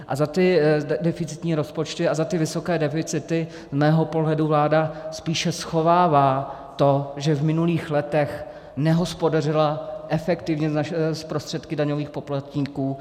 A za ty deficitní rozpočty a za ty vysoké deficity z mého pohledu vláda spíše schovává to, že v minulých letech nehospodařila efektivně s prostředky daňových poplatníků.